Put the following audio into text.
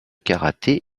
karaté